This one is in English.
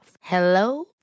Hello